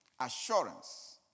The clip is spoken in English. Assurance